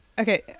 Okay